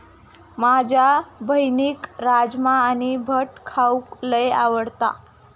माझ्या बहिणीक राजमा आणि भट खाऊक लय आवडता